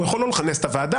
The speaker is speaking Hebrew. הוא יכול לא לכנס את הוועדה,